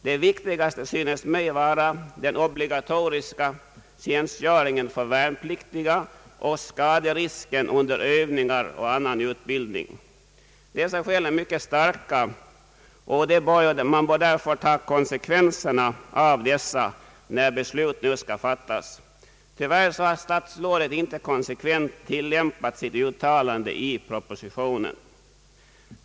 Det viktigaste synes mig vara den obligatoriska tjänsigöringen för värnpliktiga och skaderisken under övningar och annan utbildning. Dessa skäl är mycket starka, och man bör därför ta konsekvenserna av dem när beslut nu skall fattas. Tyvärr har statsrådet inte konsekvent tilllämpat sitt uttalande i propositionen.